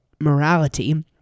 morality